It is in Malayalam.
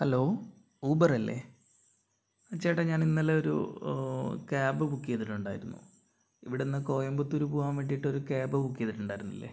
ഹലോ ഊബറല്ലേ ആ ചേട്ടാ ഞാൻ ഇന്നലെ ഒരു ക്യാബ് ബുക്ക് ചെയ്തിട്ടുണ്ടായിരുന്നു ഇവിടെ നിന്ന് കോയമ്പത്തൂർ പോകാൻ വേണ്ടിയിട്ട് ഒരു ക്യാബ് ബുക്ക് ചെയ്തിട്ടുണ്ടായിരുന്നില്ലേ